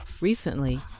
Recently